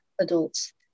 adults